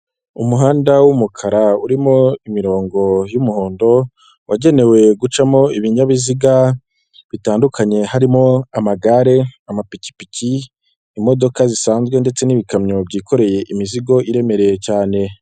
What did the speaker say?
Umuhanda wumukara urimo imirongo y'umuhondo, wagenewe gucamo ibinyabiziga bitandukanye harimo amagare, amapikipiki, imodoka zisanzwe ndetse n'ibikamyo byikoreye imizigo iremereye cyane.